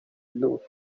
look